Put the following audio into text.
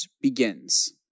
begins